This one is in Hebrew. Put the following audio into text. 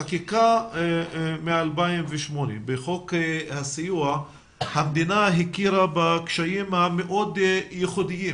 בחקיקה מ-2008 בחוק הסיוע המדינה הכירה בקשיים המאוד ייחודיים